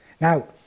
Now